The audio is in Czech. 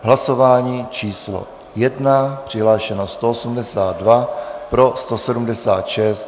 Hlasování číslo 1. Přihlášeno 182, pro 176.